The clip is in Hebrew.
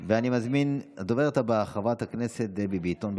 ואני מזמין את הדוברת הבאה, חברת הכנסת דבי ביטון.